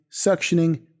suctioning